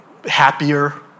happier